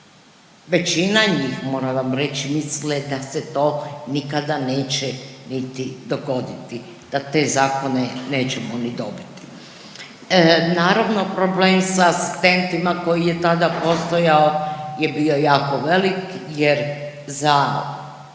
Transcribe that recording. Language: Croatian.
većina njih, moram vam reći, mislile da se to nikada neće niti dogoditi, da te zakone nećemo ni dobiti. Naravno, problem sa asistentima koji je tada postojao je bio jako velik jer za